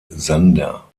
sander